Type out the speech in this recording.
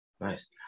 Nice